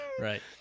right